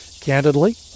Candidly